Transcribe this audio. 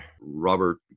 robert